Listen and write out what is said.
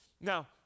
Now